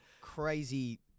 crazy